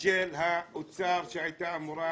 של האוצר שהייתה אמורה